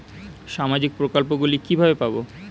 সামাজিক প্রকল্প গুলি কিভাবে পাব?